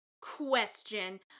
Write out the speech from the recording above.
Question